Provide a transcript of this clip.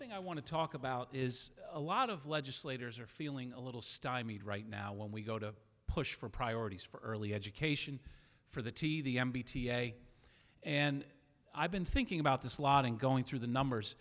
thing i want to talk about is a lot of legislators are feeling a little stymied right now when we go to push for priorities for early education for the tea the way and i've been thinking about this lot in going through the numbers